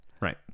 Right